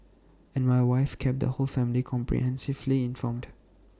and my wife kept the whole family comprehensively informed